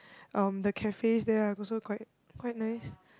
um the cafes there are also quite quite nice